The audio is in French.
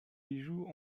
bijoux